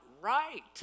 right